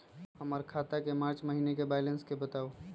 हमर खाता के मार्च महीने के बैलेंस के बताऊ?